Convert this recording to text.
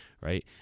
right